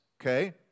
okay